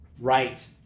right